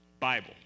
Bible